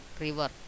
river